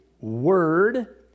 word